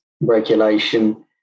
regulation